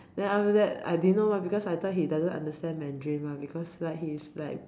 then after that I didn't know mah because I thought he doesn't understand Mandarin mah because like he's like